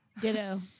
Ditto